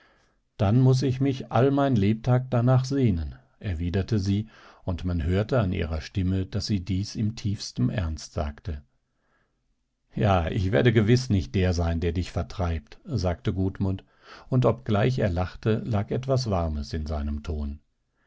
dann muß ich mich all mein lebtag danach sehnen erwiderte sie und man hörte an ihrer stimme daß sie dies im tiefsten ernst sagte ja ich werde gewiß nicht der sein der dich vertreibt sagte gudmund und obgleich er lachte lag etwas warmes in seinem ton